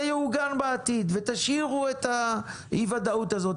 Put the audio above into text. יעוגן בעתיד ותשאירו את אי הוודאות הזאת.